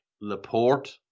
Laporte